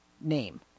name